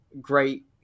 great